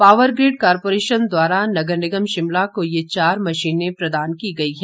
power grid corporation द्वारा नगर निगम शिमला को ये चार मशीनें प्रदान की गई हैं